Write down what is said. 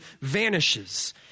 vanishes